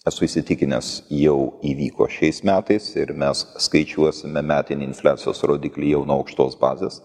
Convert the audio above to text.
esu įsitikinęs jau įvyko šiais metais ir mes skaičiuosime metinį infliacijos rodiklį jau nuo aukštos bazės